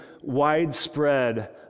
widespread